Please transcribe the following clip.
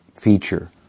feature